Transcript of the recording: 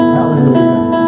Hallelujah